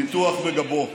ניתוח בגבו.